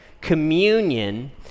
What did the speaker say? Communion